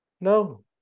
no